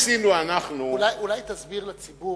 אולי תסביר לציבור,